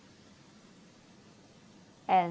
and